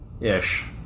Ish